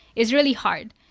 it's really hard.